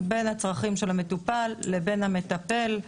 בין הצרכים של המטופל לבין המטפל,